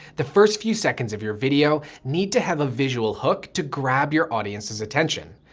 the first few seconds of your video need to have a visual hook to grab your audience's attention.